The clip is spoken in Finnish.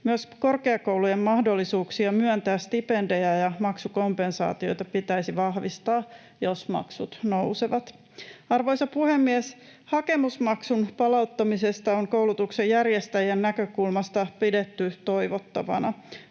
Myös korkeakoulujen mahdollisuuksia myöntää stipendejä ja maksukompensaatioita pitäisi vahvistaa, jos maksut nousevat. Arvoisa puhemies! Hakemusmaksun palauttamista on koulutuksen järjestäjän näkökulmasta pidetty toivottavana.